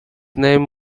name